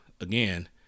again